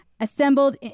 assembled